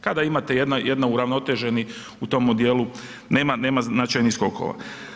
Kada imate jedan uravnoteženi u tomu dijelu, nema značajnih skokova.